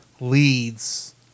leads